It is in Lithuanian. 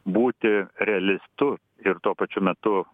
būti realistu ir tuo pačiu metu